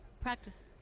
practice